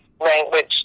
language